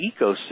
ecosystem